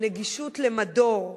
נגישות למדור,